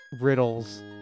riddles